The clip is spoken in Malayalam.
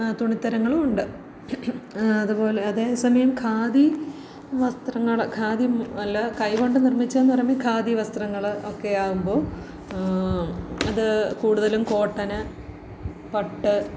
തുണിത്തരങ്ങളും ഉണ്ട് അതുപോലെ അതേസമയം ഖാദി വസ്ത്രങ്ങൾ ഖാദി നല്ല കൈകൊണ്ട് നിർമ്മിച്ചെന്ന് പറയുമ്പം ഖാദി വസ്ത്രങ്ങൾ ഒക്കെ ആവുമ്പോൾ അത് കൂടുതലും കോട്ടൺ പട്ട്